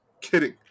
Kidding